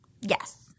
Yes